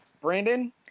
Brandon